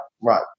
right